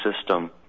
system